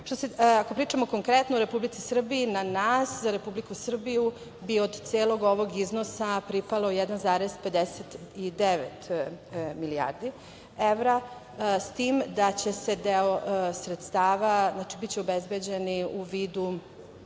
pričamo konkretno o Republici Srbiji, na nas, za Republiku Srbiju bi od celog ovog iznosa pripalo 1,59 milijardi evra, s tim da će se deo sredstava, biće obezbeđeni u vidu